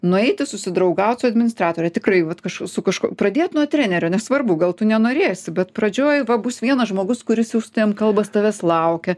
nueiti susidraugaut su administratore tikrai vat kažk su kažkuo pradėt nuo trenerio nesvarbu gal tu nenorėsi bet pradžioj va bus vienas žmogus kuris jau su tavim kalba jis tavęs laukia